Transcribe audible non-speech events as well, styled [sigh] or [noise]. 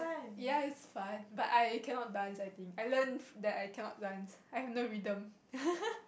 ya is fun but I cannot dance I think I learn that I cannot dance I have no rhythm [laughs]